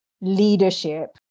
leadership